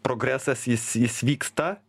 progresas jis jis vyksta